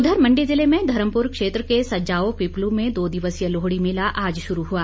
उधर मंडी ज़िले में धर्मपुर क्षेत्र के सजजाओ पिपलू में दो दिवसीय लोहड़ी मेला आज शुरू हुआ